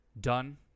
done